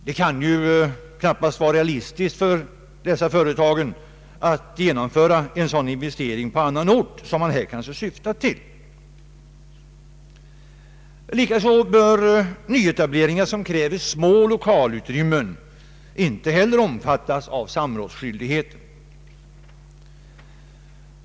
Det kan knappast vara realistiskt för vederbörande företag att genomföra en sådan investering på annan ort, som man här kanske syftar till. Inte heller bör nyetableringar som kräver små lokalutrymmen omfattas av samrådsskyldigheten.